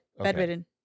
bedridden